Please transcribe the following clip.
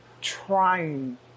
trying